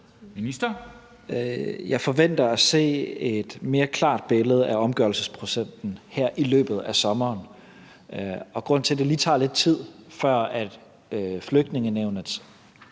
Jeg forventer at se et mere klart billede af omgørelsesprocenten her i løbet af sommeren. Grunden til, at det lige tager lidt tid, før Flygtningenævnets